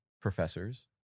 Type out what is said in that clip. professors